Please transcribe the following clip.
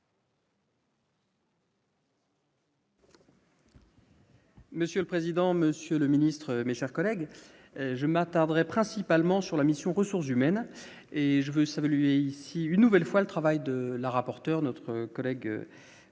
Monsieur le président, Monsieur le Ministre, mes chers collègues, je m'attarderai principalement sur la mission Ressources humaines et je veux saluer ici une nouvelle fois le travail de la rapporteure notre collègue